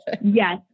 yes